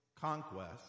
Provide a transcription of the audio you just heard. conquest